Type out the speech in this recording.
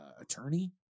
attorney